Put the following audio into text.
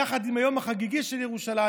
יחד עם היום החגיגי של ירושלים,